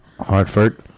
Hartford